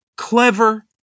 Clever